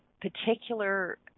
particular